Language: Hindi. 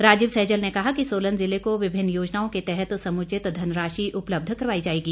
राजीव सहजल ने कहा कि सोलन ज़िले को विभिन्न योजनाओं के तहत समुचित धनराशि उपलब्ध करवाई जाएगी